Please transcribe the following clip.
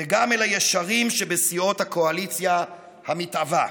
וגם אל הישרים שבסיעות הקואליציה המתהווה: